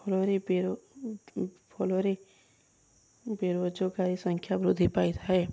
ଫଳରେ ଫଳରେ ବେରୋଜଗାରୀ ସଂଖ୍ୟା ବୃଦ୍ଧି ପାଇଥାଏ